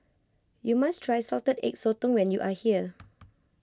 you must try Salted Egg Sotong when you are here